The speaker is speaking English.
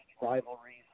rivalries